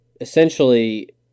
essentially